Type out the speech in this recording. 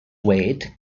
weight